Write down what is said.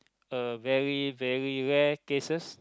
a very very rare cases